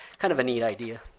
kind of a neat idea.